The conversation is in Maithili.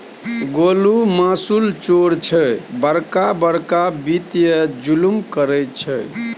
गोलु मासुल चोर छै बड़का बड़का वित्तीय जुलुम करय छै